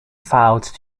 filed